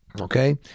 Okay